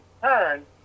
turn